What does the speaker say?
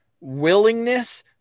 willingness